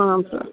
ಹಾಂ ಸರ್